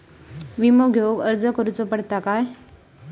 विमा घेउक अर्ज करुचो पडता काय?